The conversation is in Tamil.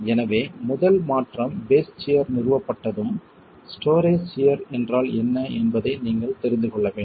எனவே முதல் மாற்றம் பேஸ் சியர் நிறுவப்பட்டதும் ஸ்டோரே சியர் என்றால் என்ன என்பதை நீங்கள் தெரிந்து கொள்ள வேண்டும்